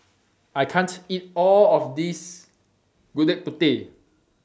I can't eat All of This Gudeg Putih